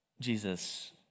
Jesus